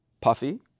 Puffy